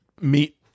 meet